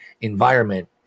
environment